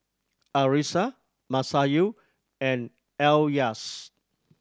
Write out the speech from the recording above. Arissa Masayu and Elyas